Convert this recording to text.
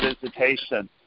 visitation